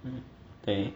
对